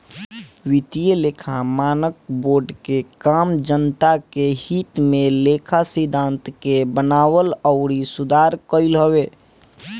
वित्तीय लेखा मानक बोर्ड के काम जनता के हित में लेखा सिद्धांत के बनावल अउरी सुधार कईल हवे